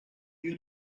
you